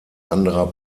anderer